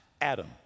Adam